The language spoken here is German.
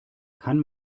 kann